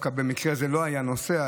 שבמקרה הזה הוא לא היה נוסע,